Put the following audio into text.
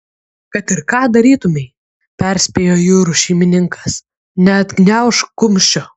kad ir ką darytumei perspėjo jūrų šeimininkas neatgniaužk kumščio